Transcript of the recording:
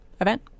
event